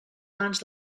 mans